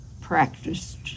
practiced